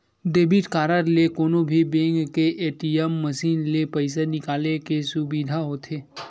debit card ले कोनो भी बेंक के ए.टी.एम मसीन ले पइसा निकाले के सुबिधा होथे